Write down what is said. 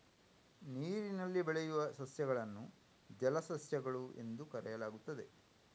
ನೀರಿನಲ್ಲಿ ಬೆಳೆಯುವ ಸಸ್ಯಗಳನ್ನು ಜಲಸಸ್ಯಗಳು ಎಂದು ಕರೆಯಲಾಗುತ್ತದೆ